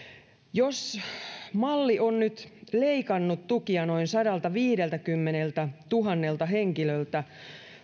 jos malli on nyt leikannut tukia noin sadaltaviideltäkymmeneltätuhannelta henkilöltä